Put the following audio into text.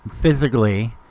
Physically